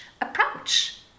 approach